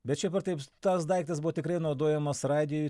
bet šiaip ar taip tas daiktas buvo tikrai naudojamas radijui